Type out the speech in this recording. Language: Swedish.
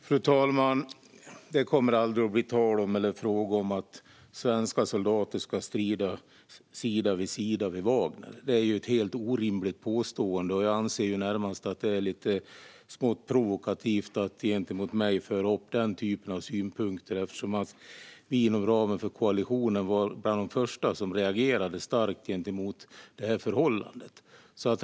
Fru talman! Det kommer aldrig att bli tal eller fråga om att svenska soldater ska strida sida vid sida med Wagnergruppen. Det är ett helt orimligt påstående, och jag anser att det är närmast provokativt att gentemot mig föra upp den typen av synpunkter. Inom ramen för koalitionen var vi nämligen bland de första som reagerade starkt mot detta förhållande.